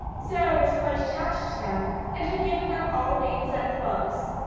sara was quite attached to them, and had given them all names out of books.